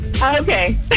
Okay